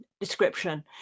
description